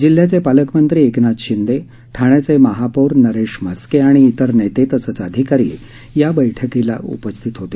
जिल्ह्याचे पालकमंत्री एकनाथ शिंदे ठाण्याचे महापौर नरेश म्हस्के आणि इतर नेते तसंच अधिकारी या बैठकीला उपस्थित होते